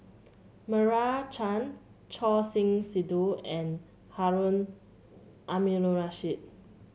Meira Chand Choor Singh Sidhu and Harun Aminurrashid